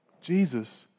Jesus